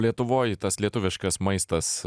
lietuvoj tas lietuviškas maistas